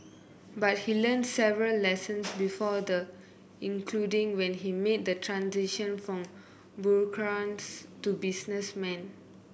but he learnt several lessons before the including when he made the transition from bureaucrats to businessman